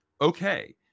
okay